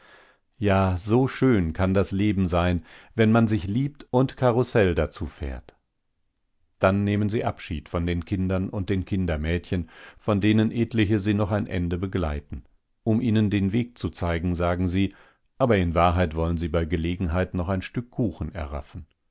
ja so schön kann das leben sein wenn man sich liebt und karussell dazu fährt dann nehmen sie abschied von den kindern und den kindermädchen von denen etliche sie noch ein ende begleiten um ihnen den weg zu zeigen sagen sie aber in wahrheit wollen sie bei gelegenheit noch ein stück kuchen erraffen